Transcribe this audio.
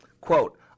quote